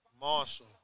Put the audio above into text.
Marshall